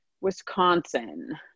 Wisconsin